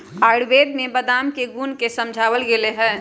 आयुर्वेद में बादाम के गुण के समझावल गैले है